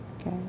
okay